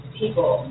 people